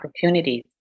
opportunities